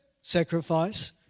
sacrifice